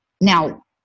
Now